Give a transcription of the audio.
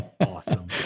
Awesome